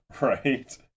right